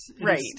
Right